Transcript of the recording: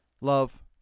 love